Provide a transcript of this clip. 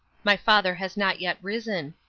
my father has not yet risen.